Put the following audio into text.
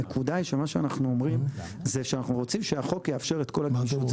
הנקודה של מה שאנחנו אומרים זה שאנחנו רוצים שהחוק יאפשר את כל הגמישות.